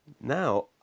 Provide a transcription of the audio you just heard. Now